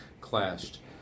clashed